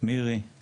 מירי;